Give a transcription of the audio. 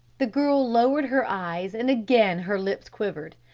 the girl lowered her eyes and again her lips quivered,